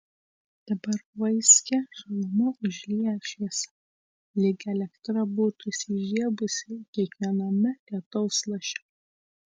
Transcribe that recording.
dabar vaiskią žalumą užlieja šviesa lyg elektra būtų įsižiebusi kiekviename lietaus laše